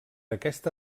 aquesta